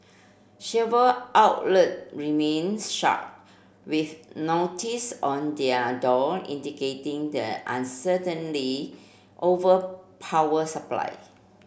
several outlet remained shut with notice on their door indicating the uncertainly over power supply